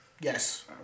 Yes